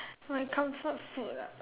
my comfort food ah